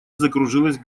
закружилась